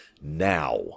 now